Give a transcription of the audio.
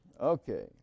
Okay